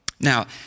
Now